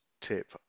tip